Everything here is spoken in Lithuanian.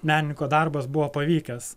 menininko darbas buvo pavykęs